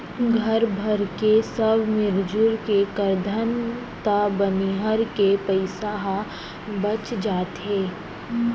घर भरके सब मिरजुल के करथन त बनिहार के पइसा ह बच जाथे